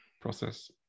process